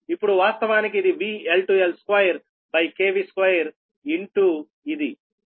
ఇప్పుడు వాస్తవానికి ఇది VL L22ఇన్ టు ఇది